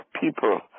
people